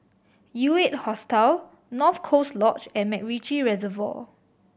U Eight Hostel North Coast Lodge and MacRitchie Reservoir